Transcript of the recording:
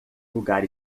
lugar